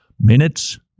minutes